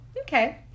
Okay